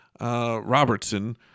Robertson